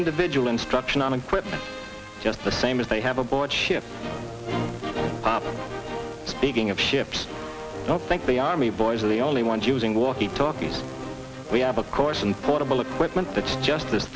individual instruction on equipment just the same as they have aboard ship speaking of ships don't think the army boys are the only ones using walkie talkies we have of course and portable equipment that just